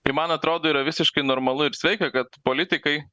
tai man atrodo yra visiškai normalu ir sveika kad politikai